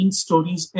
stories